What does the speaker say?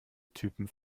typen